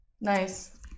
nice